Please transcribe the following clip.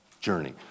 journey